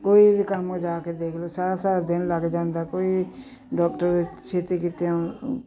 ਕੋਈ ਵੀ ਕੰਮ ਜਾ ਕੇ ਦੇਖ ਲਓ ਸਾਰਾ ਸਾਰਾ ਦਿਨ ਲੱਗ ਜਾਂਦਾ ਕੋਈ ਡਾਕਟਰ ਛੇਤੀ ਕੀਤਿਆਂ